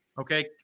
Okay